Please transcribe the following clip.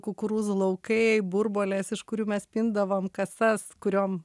kukurūzų laukai burbuolės iš kurių mes pindavom kasas kuriom